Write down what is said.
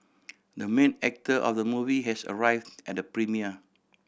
the main actor of the movie has arrived at the premiere